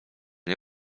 nie